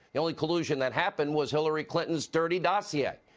the only collision that happened was hillary clinton's dirty dossier.